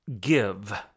give